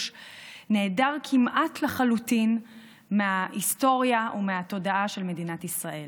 נעדר כמעט לחלוטין מההיסטוריה ומהתודעה של מדינת ישראל.